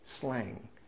slang